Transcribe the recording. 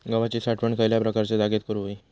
गव्हाची साठवण खयल्या प्रकारच्या जागेत करू होई?